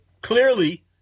Clearly